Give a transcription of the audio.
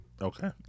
Okay